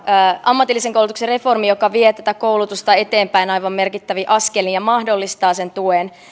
ammatillisen koulutuksen reformin joka vie tätä koulutusta eteenpäin aivan merkittävin askelin ja mahdollistaa sen tuen